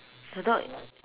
the dog